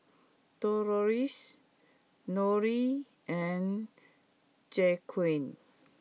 Delois Lonie and Jaquez